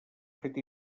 fet